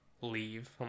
leave